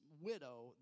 widow